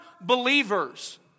believers